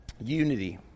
unity